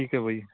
ਠੀਕ ਹੈ ਬਾਈ